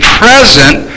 present